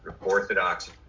Orthodox